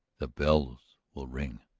the bells will ring.